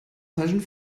falschen